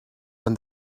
when